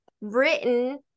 written